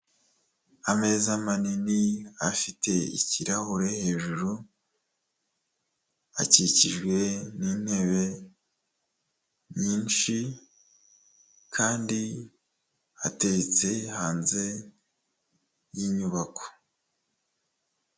Ameza manini afite ikirahure hejuru, akikijwe n'intebe nyinshi kandi ateretse hanze y'inyubako.